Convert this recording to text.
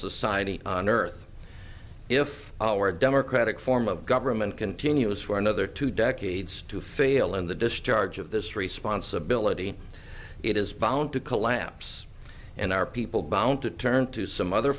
society on earth if our democratic form of government continues for another two decades to fail in the discharge of this responsibility it is bound to collapse and our people bound to turn to some other